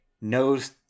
knows